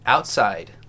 Outside